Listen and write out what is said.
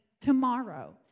tomorrow